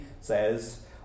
says